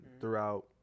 throughout